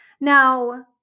Now